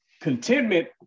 contentment